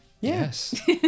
Yes